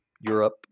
europe